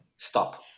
stop